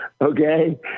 okay